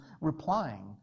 replying